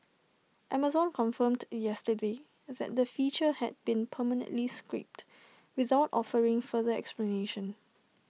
Amazon confirmed yesterday that the feature had been permanently scrapped without offering further explanation